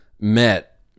met